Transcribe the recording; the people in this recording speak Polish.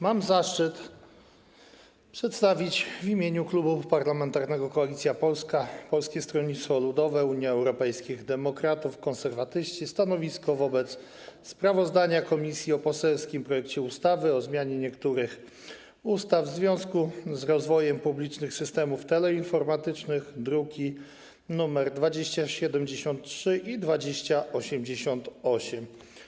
Mam zaszczyt przedstawić w imieniu Klubu Parlamentarnego Koalicja Polska - Polskie Stronnictwo Ludowe, Unia Europejskich Demokratów, Konserwatyści stanowisko wobec sprawozdania komisji o poselskim projekcie ustawy o zmianie niektórych ustaw w związku z rozwojem publicznych systemów teleinformatycznych, druki nr 2073 i 2088.